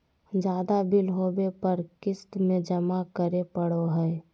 ज्यादा बिल होबो पर क़िस्त में जमा करे पड़ो हइ